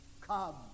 Come